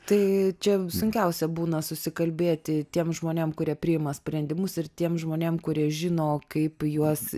tai čia sunkiausia būna susikalbėti tiem žmonėm kurie priima sprendimus ir tiem žmonėm kurie žino kaip juos